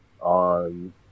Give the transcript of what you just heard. on